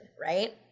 right